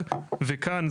כמו שהיה